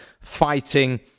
fighting